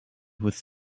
was